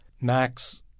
Max